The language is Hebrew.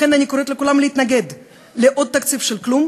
לכן אני קוראת לכולם להתנגד לעוד תקציב של כלום